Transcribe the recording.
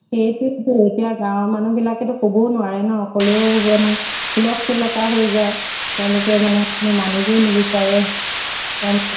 সেইটোৱেইটো এতিয়া গাঁৱৰ মানুহবিলাকেতো ক'বও নোৱাৰে ন অকলেও মানে হুলস্থুল এটা হৈ যায় তেওঁলোকে মানে কোনো মানিবই নিবিচাৰে তেওঁলোক